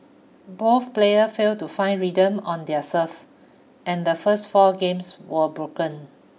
both player failed to find rhythm on their serve and the first four games were broken